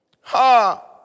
Ha